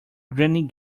granny